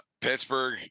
Pittsburgh